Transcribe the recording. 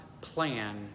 plan